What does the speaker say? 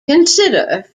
consider